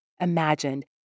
imagined